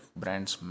brands